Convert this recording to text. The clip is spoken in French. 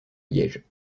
liège